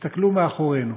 תסתכלו מאחורינו,